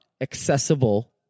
accessible